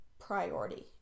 priority